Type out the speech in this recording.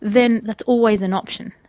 then that's always an option.